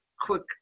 quick